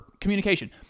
communication